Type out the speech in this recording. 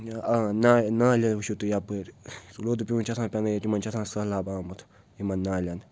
نا نالہِ حظ وُچھِو تُہۍ یپٲرۍ رُدٕ پیوٗنت چھُ آسان پٮنٕے ییٚتہِ چھُ آسان سہلاب آمُت یِمن نالٮ۪ن